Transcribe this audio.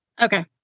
Okay